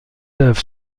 œuvres